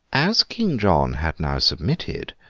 as king john had now submitted,